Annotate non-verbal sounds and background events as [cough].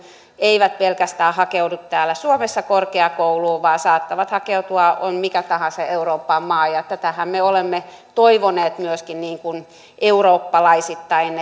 eivät pelkästään hakeudu täällä suomessa korkeakouluun vaan saattavat hakeutua mihin tahansa euroopan maahan tätähän me olemme toivoneet myöskin eurooppalaisittain [unintelligible]